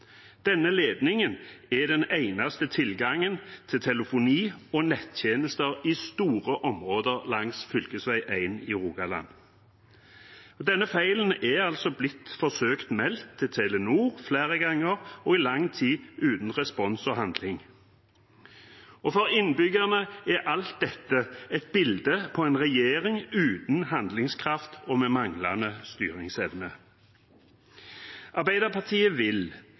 Denne ledningen er den eneste tilgangen til telefoni og nettjenester i store områder langs fv. 1 i Rogaland. Denne feilen er blitt forsøkt meldt til Telenor flere ganger og i lang tid, uten respons og handling. For innbyggerne er alt dette et bilde på en regjering uten handlingskraft og med manglende styringsevne. Arbeiderpartiet vil